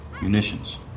Munitions